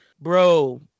Bro